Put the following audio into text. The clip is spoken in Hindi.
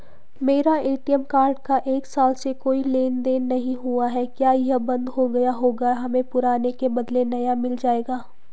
मेरा ए.टी.एम कार्ड का एक साल से कोई लेन देन नहीं हुआ है क्या यह बन्द हो गया होगा हमें पुराने के बदलें नया मिल जाएगा?